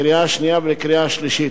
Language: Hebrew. לקריאה השנייה ולקריאה השלישית.